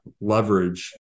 leverage